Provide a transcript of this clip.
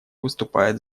выступает